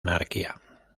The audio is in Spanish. anarquía